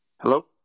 Hello